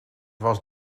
was